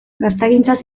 gaztagintzaz